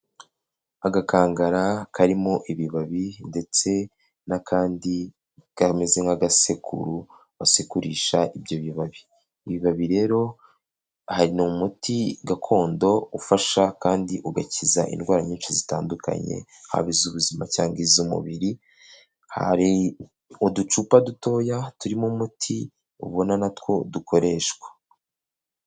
Agakangara karimo ibibabi ndetse n'akandi kameze nk'agasekuru basekurisha ibyo bibabi, ibi bibabi rero ni umuti gakondo ufasha kandi ugakiza indwara nyinshi zitandukanye, haba iz'ubuzima cyangwa iz'umubiri, hari uducupa dutoya turimo umuti ubona natwo dukoreshwa.